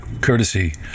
courtesy